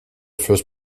first